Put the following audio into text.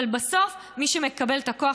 אבל בסוף מי שמקבל את הכוח,